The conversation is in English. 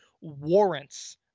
warrants